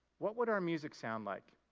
what would our music sound like?